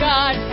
God